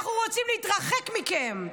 אנחנו רוצים להתרחק מכם,